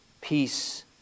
Peace